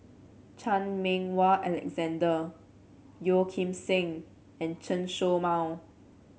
Chan Meng Wah Alexander Yeo Kim Seng and Chen Show Mao